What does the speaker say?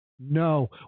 No